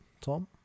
Tom